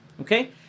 okay